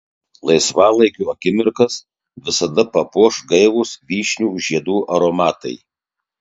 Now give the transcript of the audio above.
laisvalaikio akimirkas visada papuoš gaivūs vyšnių žiedų aromatai